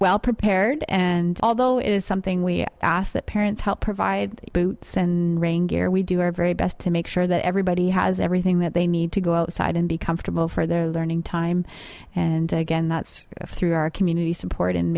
well prepared and although it is something we ask that parents help provide boots and ring gear we do our very best to make sure that everybody has everything that they need to go outside and be comfortable for their learning time and again that's through our community support and